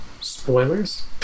Spoilers